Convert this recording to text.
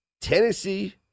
Tennessee